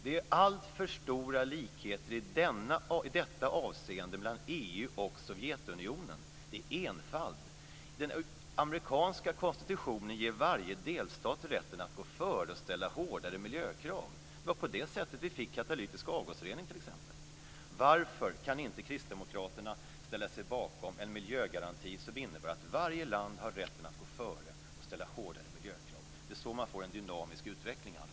Det är alltför stora likheter i detta avseende mellan EU och Sovjetunionen. Det är en enfald. Den amerikanska konstitutionen ger varje delstat rätten att gå före och ställa hårdare miljökrav. Det var t.ex. på det sättet som vi fick katalytisk avgasrening. Varför kan inte kristdemokraterna ställa sig bakom en miljögaranti som innebär att varje land har rätt att gå före och ställa hårdare miljökrav? Det är så man får en dynamisk utveckling, Alf.